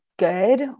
good